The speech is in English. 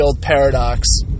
Paradox